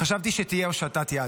חשבתי שתהיה הושטת יד.